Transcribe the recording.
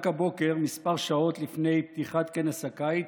רק הבוקר, כמה שעות לפני פתיחת כנס הקיץ,